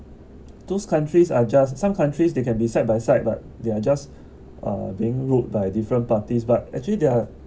those countries are just some countries they can be side by side but they are just uh being ruled by different parties but actually they're